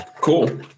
cool